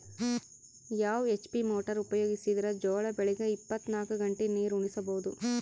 ಯಾವ HP motor ಉಪಯೋಗಿಸಿದರ ಜೋಳ ಬೆಳಿಗ ಇಪ್ಪತ ನಾಲ್ಕು ಗಂಟೆ ನೀರಿ ಉಣಿಸ ಬಹುದು?